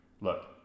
Look